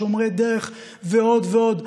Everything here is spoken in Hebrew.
שומרי דרך ועוד ועוד,